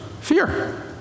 Fear